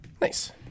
Nice